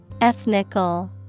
Ethnical